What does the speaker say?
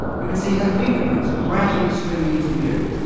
you would see her fingerprints gradually swimming into view.